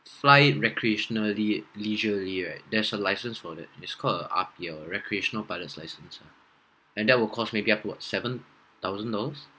fly it recreationaly leisurely right there's a license for that it's called the R_P_L recreational pilots license ah and that will cost me up to what seven thousand dollars